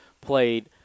played